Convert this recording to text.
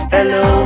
Hello